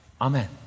amen